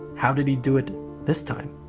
how did he do it this time?